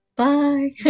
Bye